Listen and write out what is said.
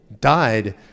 died